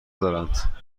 دارند